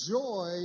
joy